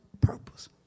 purpose